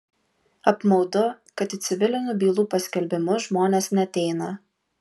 apmaudu kad į civilinių bylų paskelbimus žmonės neateina